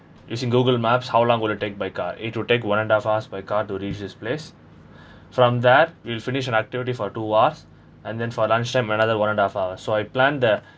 using google maps how long would it take by car it'll take one and half hours by car to reach this place from that we'll finish an activity for two hours and then for lunch time another one and half hour so I plan there